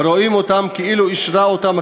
ורואים אותם כאילו אישרה אותם הכנסת,